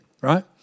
right